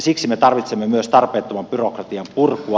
siksi me tarvitsemme myös tarpeettoman byrokratian purkua